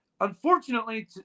Unfortunately